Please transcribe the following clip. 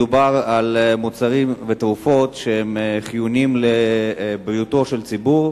מדובר במוצרים ותרופות שהם חיוניים לבריאותו של הציבור.